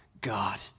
God